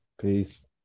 Peace